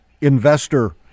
investor